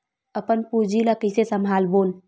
अपन पूंजी ला कइसे संभालबोन?